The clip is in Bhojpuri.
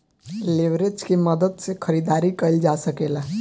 लेवरेज के मदद से खरीदारी कईल जा सकेला